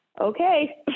okay